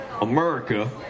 America